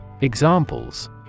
Examples